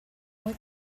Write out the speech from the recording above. more